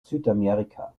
südamerika